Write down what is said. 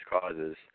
causes